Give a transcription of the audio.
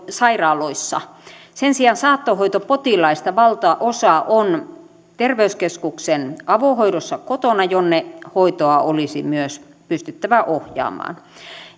sairaaloissa sen sijaan saattohoitopotilaista valtaosa on terveyskeskuksen avohoidossa kotona jonne hoitoa olisi myös pystyttävä ohjaamaan